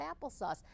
applesauce